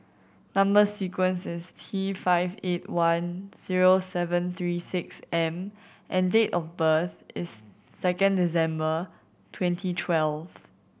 number sequence is T five eight one zero seven three six M and date of birth is second December twenty twelve